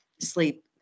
sleep